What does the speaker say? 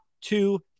two